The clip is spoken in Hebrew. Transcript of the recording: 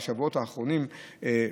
בשבועות האחרונים,